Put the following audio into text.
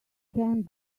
can